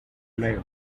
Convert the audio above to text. luego